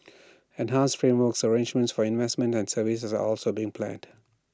enhanced frameworks arrangenment for investments and services are also being planned